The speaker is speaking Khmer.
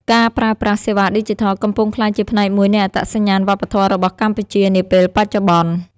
ការប្រើប្រាស់សេវាឌីជីថល កំពុងក្លាយជាផ្នែកមួយនៃអត្តសញ្ញាណវប្បធម៌របស់កម្ពុជានាពេលបច្ចុប្បន្ន។